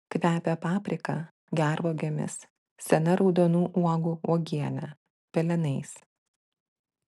kvepia paprika gervuogėmis sena raudonų uogų uogiene pelenais